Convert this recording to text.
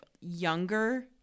younger